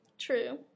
True